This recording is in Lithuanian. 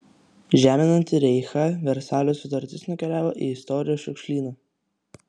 žeminanti reichą versalio sutartis nukeliavo į istorijos šiukšlyną